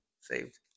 Saved